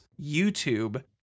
YouTube